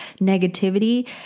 negativity